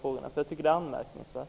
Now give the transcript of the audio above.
Jag tycker att detta är anmärkningsvärt.